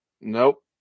Nope